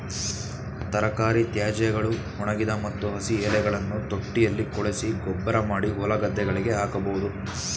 ತರಕಾರಿ ತ್ಯಾಜ್ಯಗಳು, ಒಣಗಿದ ಮತ್ತು ಹಸಿ ಎಲೆಗಳನ್ನು ತೊಟ್ಟಿಯಲ್ಲಿ ಕೊಳೆಸಿ ಗೊಬ್ಬರಮಾಡಿ ಹೊಲಗದ್ದೆಗಳಿಗೆ ಹಾಕಬೋದು